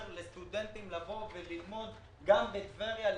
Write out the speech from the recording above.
לסטודנטים לבוא וללמוד גם בטבריה.